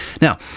Now